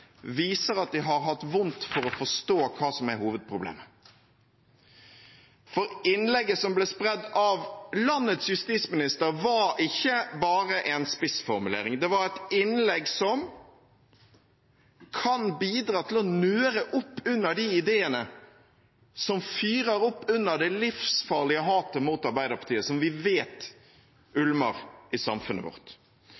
viser at de har hatt vondt for å forstå hva som er hovedproblemet. For innlegget som ble spredd av landets justisminister, var ikke bare en spissformulering; det var et innlegg som kan bidra til å nøre opp under de ideene som fyrer opp under det livsfarlige hatet mot Arbeiderpartiet som vi vet